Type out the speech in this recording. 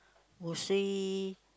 mostly